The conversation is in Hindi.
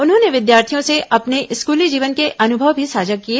उन्होंने विद्यार्थियों से अपने स्कूली जीवन के अनुभव मी साझा किए